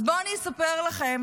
אז בואו אני אספר לכם,